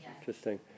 Interesting